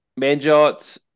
Manjot